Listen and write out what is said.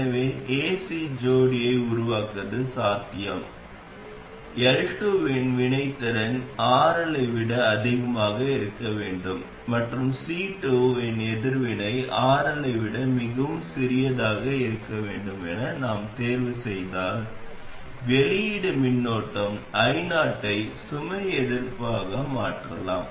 எனவே AC ஜோடியை உருவாக்குவது சாத்தியம் L2 இன் வினைத்திறன் RL ஐ விட அதிகமாக இருக்க வேண்டும் மற்றும் C2 இன் எதிர்வினை RL ஐ விட மிகவும் சிறியதாக இருக்க வேண்டும் என நாம் தேர்வு செய்தால் வெளியீடு மின்னோட்டம் io ஐ சுமை எதிர்ப்பாக மாற்றலாம்